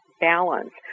balance